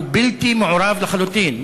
הוא בלתי מעורב לחלוטין.